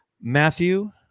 Matthew